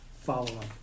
follow-up